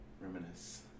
Reminisce